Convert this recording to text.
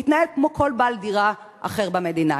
להתנהל כמו כל בעל דירה אחר במדינה".